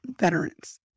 veterans